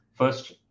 First